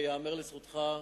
וייאמר לזכותך,